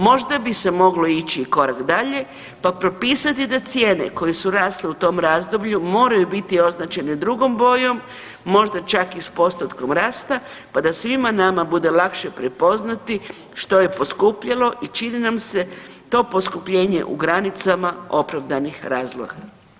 Možda bi se moglo ići i korak dalje pa propisati da cijene koje su rasle u tom razdoblju moraju biti označene drugom bojom, možda čak i s postotkom rasta pa da svima nama bude lakše prepoznati što je poskupjelo i čini nam se to poskupljenje u granicama opravdanih razloga.